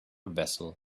vessel